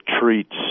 treats